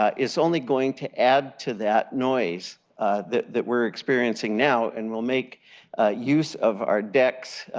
ah is only going to add to that noise that that we are experiencing now, and will make use of our decks,